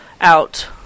out